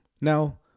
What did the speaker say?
Now